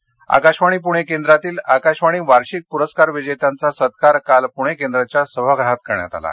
निरोप आकाशवाणी पूणे केंद्रातील आकाशवाणी वार्षिक प्रस्कार विजेत्यांचा सत्कार काल पूणे केंद्राच्या सभागृहात करण्यात आला